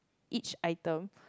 each item